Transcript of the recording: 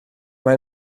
mae